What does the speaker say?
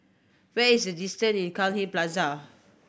where is the distance in Cairnhill Plaza